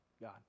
God